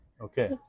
okay